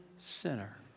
sinner